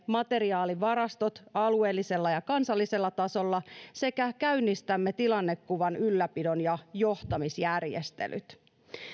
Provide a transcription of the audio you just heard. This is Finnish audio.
materiaalivarastot alueellisella ja kansallisella tasolla sekä käynnistämme tilannekuvan ylläpidon ja johtamisjärjestelyt